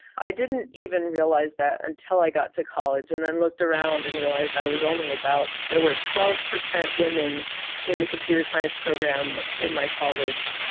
i didn't even realize that until i got to college and then looked around and realized i was only about there were twelve percent women in the computer science program in my college,